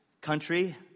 country